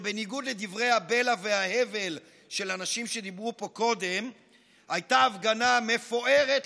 שבניגוד לדברי הבלע וההבל של אנשים שדיברו פה קודם הייתה הפגנה מפוארת,